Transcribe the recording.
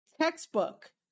textbook